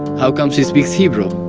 how come she speaks hebrew?